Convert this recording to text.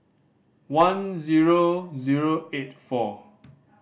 one zero zero eight four